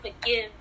forgive